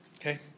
Okay